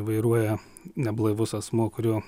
vairuoja neblaivus asmuo kurio